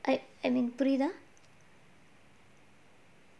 I I mean புரியுதா:puriyuthaa